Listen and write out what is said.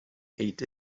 ate